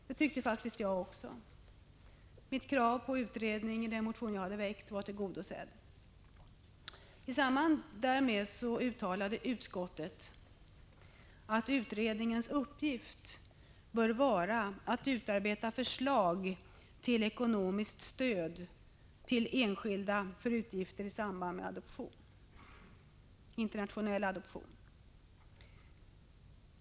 Det tyckte faktiskt jag också. Mitt krav på utredning var tillgodosett. I samband därmed uttalade utskottet att utredningens uppgift bör vara att utarbeta förslag till ekonomiskt stöd till enskilda för utgifter i samband med internationella adoptioner.